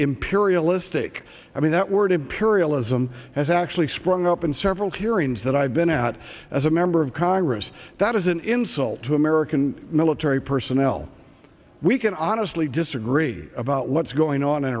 imperialistic i mean that word imperialism has actually sprung up in several hearings that i've been at as a member of congress that is an insult to american military personnel we can honestly disagree about what's going on in